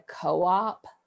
co-op